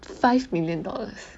five million dollars